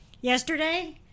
Yesterday